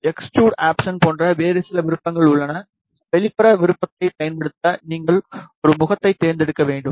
extrude option போன்ற வேறு சில விருப்பங்கள் உள்ளன வெளிப்புற விருப்பத்தைப் பயன்படுத்த நீங்கள் ஒரு முகத்தைத் தேர்ந்தெடுக்க வேண்டும்